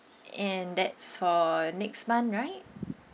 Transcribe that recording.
and that's for next month right